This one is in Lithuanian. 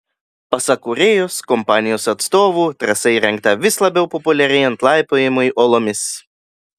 pasak kūrėjos kompanijos atstovų trasa įrengta vis labiau populiarėjant laipiojimui uolomis